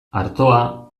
artoa